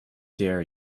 dare